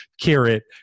carrot